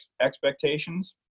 expectations